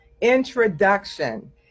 introduction